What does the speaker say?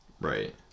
right